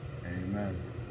Amen